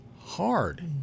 hard